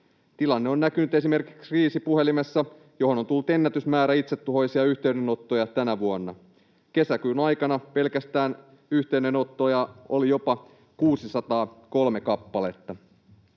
Tilanne on näkynyt esimerkiksi Kriisipuhelimessa, johon on tullut ennätysmäärä itsetuhoisia yhteydenottoja tänä vuonna. Pelkästään kesäkuun aikana yhteydenottoja oli jopa 603 kappaletta.